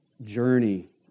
journey